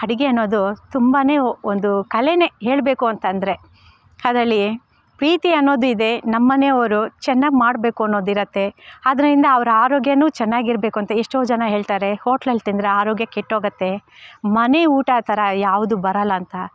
ಅಡುಗೆ ಅನ್ನೋದು ತುಂಬಾನೇ ಒಂದು ಕಲೆಯೇ ಹೇಳಬೇಕು ಅಂತಂದ್ರೆ ಅದ್ರಲ್ಲಿ ಪ್ರೀತಿ ಅನ್ನೋದು ಇದೆ ನಮ್ಮನೆಯವರು ಚೆನ್ನಾಗಿ ಮಾಡಬೇಕು ಅನ್ನೋದಿರುತ್ತೆ ಅದರಿಂದ ಅವ್ರ ಆರೋಗ್ಯವು ಚೆನ್ನಾಗಿರಬೇಕು ಅಂತ ಎಷ್ಟೋ ಜನ ಹೇಳ್ತಾರೆ ಹೋಟ್ಲಲ್ಲಿ ತಿಂದರೆ ಆರೋಗ್ಯ ಕೆಟ್ಟೋಗುತ್ತೆ ಮನೆ ಊಟ ಥರ ಯಾವ್ದು ಬರೋಲ್ಲಂತ